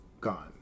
gone